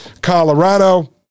Colorado